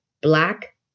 black